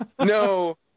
No